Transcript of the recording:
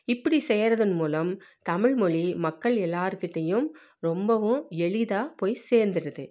இப்படி செய்கிறதன் மூலம் தமிழ் மொழி மக்கள் எல்லாருக்கிட்டேயும் ரொம்பவும் எளிதாக போய் சேந்துடுது